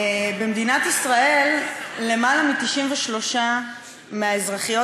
במדינת ישראל למעלה מ-93% מהאזרחיות